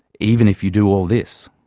even if you do all this,